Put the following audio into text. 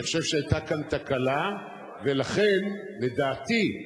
אני חושב שהיתה כאן תקלה, ולכן, לדעתי,